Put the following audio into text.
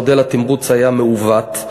מודל התמרוץ היה מעוות,